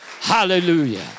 Hallelujah